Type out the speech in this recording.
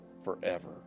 forever